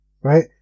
right